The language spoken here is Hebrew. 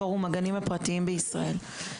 פורום הגנים הפרטיים בישראל.